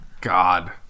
God